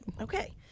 Okay